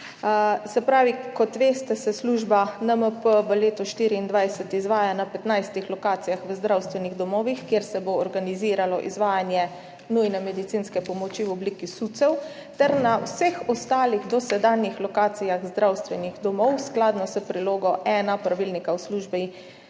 jih držimo. Kot veste, se služba NMP v letu 2024 izvaja na 15 lokacijah v zdravstvenih domovih, kjer se bo organiziralo izvajanje nujne medicinske pomoči v obliki SUC-ev ter na vseh ostalih dosedanjih lokacijah zdravstvenih domov, skladno s prilogo ena Pravilnika o službi